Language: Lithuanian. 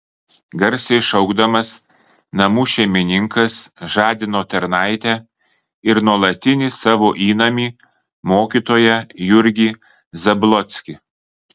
garsiai šaukdamas namų šeimininkas žadino tarnaitę ir nuolatinį savo įnamį mokytoją jurgį zablockį